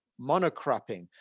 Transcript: monocropping